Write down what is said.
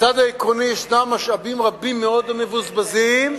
בצד העקרוני, משאבים רבים מאוד מבוזבזים,